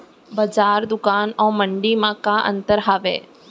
बजार, दुकान अऊ मंडी मा का अंतर हावे?